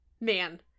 Man